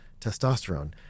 testosterone